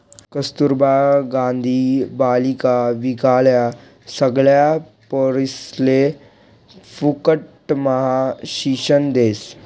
कस्तूरबा गांधी बालिका विद्यालय सगळ्या पोरिसले फुकटम्हा शिक्षण देस